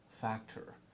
factor